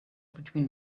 between